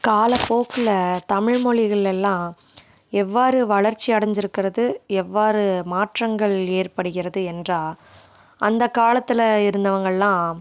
காலப்போக்குல தமிழ் மொழிகளெல்லாம் எவ்வாறு வளர்ச்சி அடைஞ்சிருக்கிறது எவ்வாறு மாற்றங்கள் ஏற்படுகிறது என்றால் அந்தக்காலத்தில் இருந்தவங்கள்லாம்